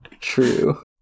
true